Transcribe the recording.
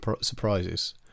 surprises